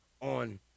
on